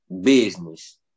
business